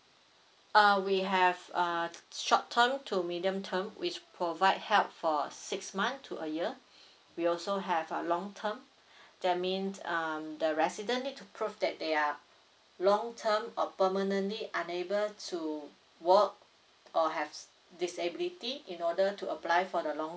uh we have a short term to medium term which provide help for six month to a year we also have a long term that mean um the resident need to prove that they are long term or permanently unable to work or have disability in order to apply for the long